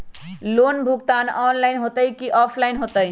Loan भुगतान online होतई कि ऑफलाइन होतई?